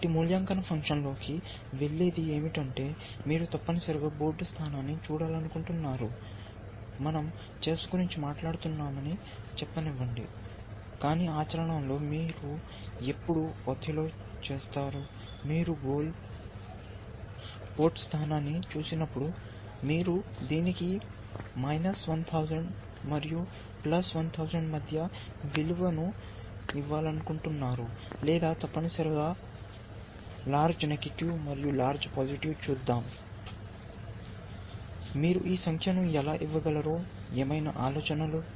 కాబట్టి మూల్యాంకనంలోకి వెళ్ళేది ఏమిటంటే మీరు తప్పనిసరిగా బోర్డు స్థానాన్ని చూడాలనుకుంటున్నారు మన০ చెస్ గురించి మాట్లాడుతున్నామని చెప్పనివ్వండి కానీ ఆచరణలో మీరు ఎప్పుడు ఒథెల్లో చేస్తారు మీరు గోల్ పోర్ట్ స్థానాన్ని చూసినప్పుడు మీరు దీనికి మరియు 1000 మధ్య విలువను ఇవ్వాలనుకుంటున్నారు లేదా తప్పనిసరిగా లార్జ్ నెగటివ్ మరియు లార్జ్ పాజిటివ్ చూద్దాం మీరు ఈ సంఖ్యను ఎలా ఇవ్వగలరో ఏవైనా ఆలోచనలు